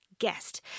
guest